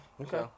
Okay